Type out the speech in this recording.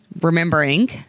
remembering